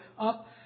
up